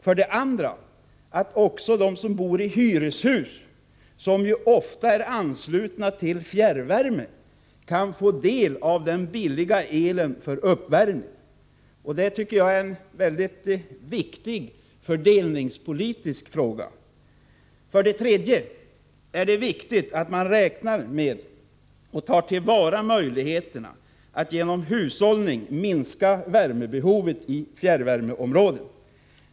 För det andra kan också de som bor i hyreshus, som ju ofta är anslutna till fjärrvärme, få del av den billiga elen för uppvärmning. Det är en viktig fördelningspolitisk fråga. För det tredje är det väsentligt att man räknar med och tar till vara möjligheterna att genom hushållning minska värmebehovet i fjärrvärmeområden.